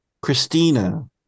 Christina